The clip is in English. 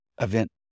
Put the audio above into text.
event